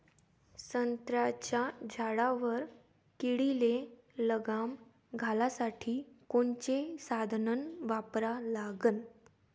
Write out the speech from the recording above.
संत्र्याच्या झाडावर किडीले लगाम घालासाठी कोनचे साधनं वापरा लागन?